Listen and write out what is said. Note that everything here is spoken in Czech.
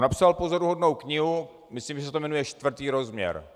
Napsal pozoruhodnou knihu, myslím, že se to jmenuje Čtvrtý rozměr .